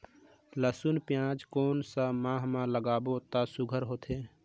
लसुन पियाज कोन सा माह म लागाबो त सुघ्घर होथे?